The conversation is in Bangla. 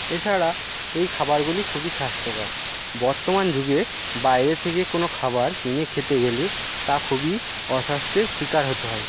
এ ছাড়া এই খাবারগুলি খুবই স্বাস্ত্যকর বর্তমান যুগে বাইরে থেকে কোনো খাবার কিনে খেতে গেলে তা খুবই অস্বাস্থ্যের শিকার হতে হয়